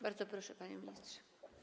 Bardzo proszę, panie ministrze.